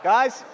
Guys